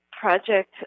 project